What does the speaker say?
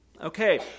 Okay